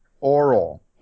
Oral